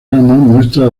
muestra